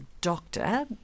doctor